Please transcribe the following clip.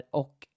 och